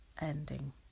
ending